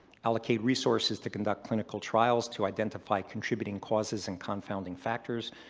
allocate resources to conduct clinical trials to identify contributing causes and confounding factors.